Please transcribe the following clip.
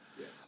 Yes